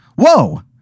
Whoa